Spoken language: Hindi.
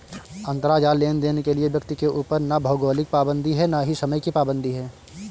अंतराजाल लेनदेन के लिए व्यक्ति के ऊपर ना भौगोलिक पाबंदी है और ना ही समय की पाबंदी है